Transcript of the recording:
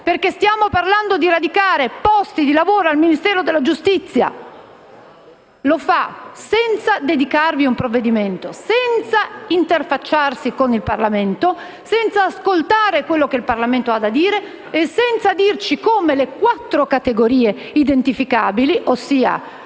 perché stiamo parlando di radicare posti di lavoro al Ministero della giustizia. E lo fa senza dedicarvi un provvedimento, senza interfacciarsi con il Parlamento, senza ascoltare quello che il Parlamento ha a dire e senza dirci come le quattro categorie identificabili, ossia